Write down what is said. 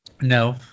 No